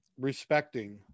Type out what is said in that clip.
respecting